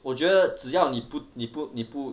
我觉得只要你不你不你不